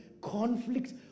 conflict